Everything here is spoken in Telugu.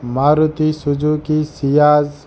Maruti Suzuki Ciaz